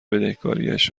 بدهکاریش